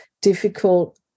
difficult